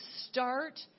start